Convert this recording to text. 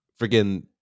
freaking